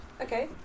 okay